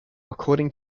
according